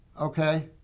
okay